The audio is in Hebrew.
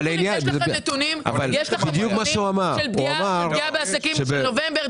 יש לכם נתונים על פגיעה בעסקים בנובמבר,